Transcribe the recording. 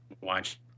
watch